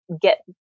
get